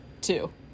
two